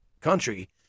country